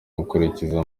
gukurikiza